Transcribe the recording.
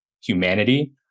humanity